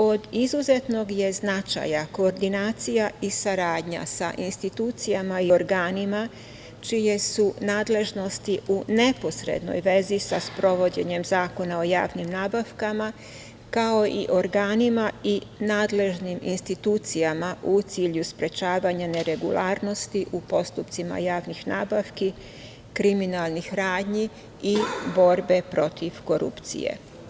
Od izuzetnog je značaja koordinacija i saradnja sa institucijama i organima čije su nadležnosti u neposrednoj vezi sa sprovođenjem Zakona o javnim nabavkama, kao i organima i nadležnim institucijama u cilju sprečavanja neregularnosti u postupcima javnih nabavki, kriminalnih radnji i borbe protiv korupcije.